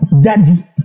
daddy